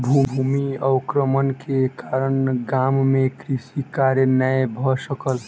भूमि अवक्रमण के कारण गाम मे कृषि कार्य नै भ सकल